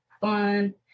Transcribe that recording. fun